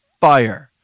fire